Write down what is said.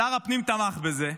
שר הפנים תמך בזה,